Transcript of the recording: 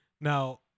Now